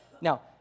Now